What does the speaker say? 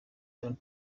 don’t